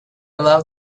love